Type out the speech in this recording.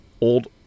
old